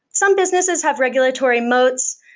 some businesses have regulatory moats.